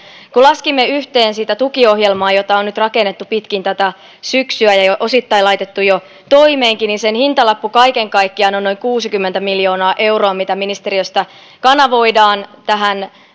kun laskimme yhteen sitä tukiohjelmaa jota on nyt rakennettu pitkin tätä syksyä ja osittain laitettu jo toimeenkin niin sen hintalappu kaiken kaikkiaan on noin kuusikymmentä miljoonaa euroa mitä ministeriöstä kanavoidaan